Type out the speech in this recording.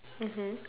mmhmm